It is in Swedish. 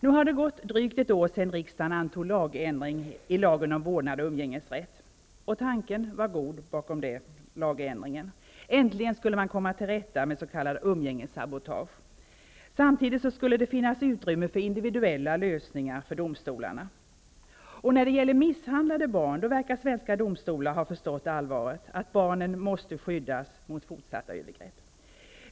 Nu har det gått drygt ett år sedan riksdagen fattade beslut om ändring i lagen om vårdnad och umgängesrätt, och tanken var god bakom den lagändringen. Äntligen skulle man komma till rätta med s.k. umgängessabotage. Samtidigt skulle det finnas utrymme för individuella lösningar i domstolarna. När det gäller misshandlade barn verkar svenska domstolar ha förstått allvaret, att barn måste skyddas mot fortsatta övergrepp.